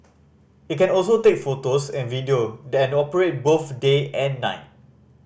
it can also take photos and video than operate both day and night